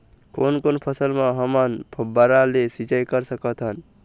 कोन कोन फसल म हमन फव्वारा ले सिचाई कर सकत हन?